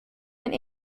and